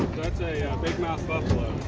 that's a bigmouth buffalo.